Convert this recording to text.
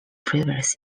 previous